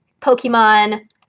Pokemon